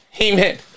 Amen